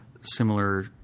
similar